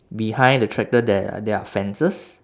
behind the tractor there are there are fences